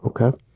okay